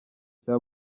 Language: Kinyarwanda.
cya